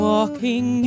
Walking